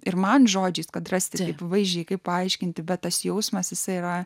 ir man žodžiais kad rasti vaizdžiai kaip paaiškinti bet tas jausmas yra